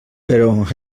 però